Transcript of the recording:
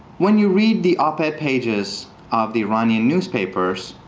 when you read the op-ed pages of the iranian newspapers,